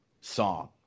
song